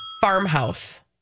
farmhouse